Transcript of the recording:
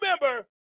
remember